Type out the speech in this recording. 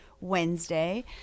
Wednesday